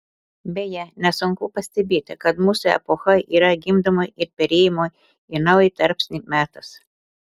beje nesunku pastebėti kad mūsų epocha yra gimdymo ir perėjimo į naują tarpsnį metas